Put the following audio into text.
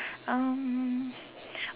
um